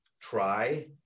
try